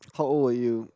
how old were you